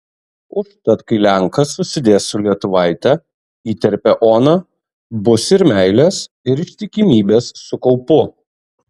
užtat kai lenkas susidės su lietuvaite įterpia ona bus ir meilės ir ištikimybės su kaupu